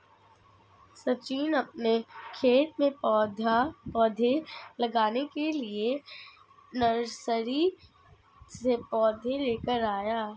सचिन अपने खेत में पौधे लगाने के लिए नर्सरी से पौधे लेकर आया